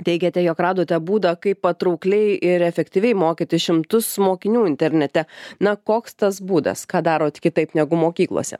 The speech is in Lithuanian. teigiate jog radote būdą kaip patraukliai ir efektyviai mokyti šimtus mokinių internete na koks tas būdas ką darot kitaip negu mokyklose